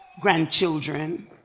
grandchildren